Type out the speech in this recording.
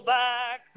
back